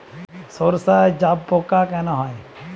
সর্ষায় জাবপোকা কেন হয়?